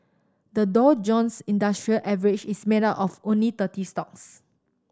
the Dow Jones Industrial Average is made up of only thirty stocks